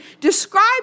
describe